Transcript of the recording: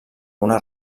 una